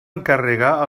encarregar